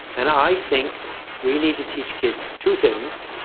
and i think we need to teach kids two things.